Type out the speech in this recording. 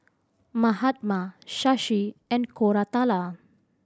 Mahatma Shashi and Koratala